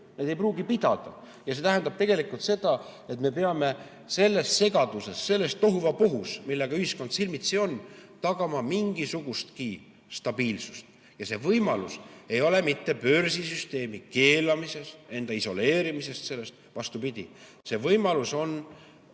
need ei pruugi pidada. Ja see tähendab tegelikult seda, et me peame selles segaduses, selles tohuvabohus, millega ühiskond silmitsi on, tagama mingisugusegi stabiilsuse. See lahendus ei ole mitte börsisüsteemi keelamises, enda isoleerimises, vaid vastupidi, see on